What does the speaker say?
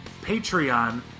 Patreon